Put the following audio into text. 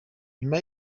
nyuma